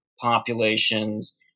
populations